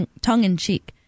tongue-in-cheek